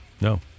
no